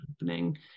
happening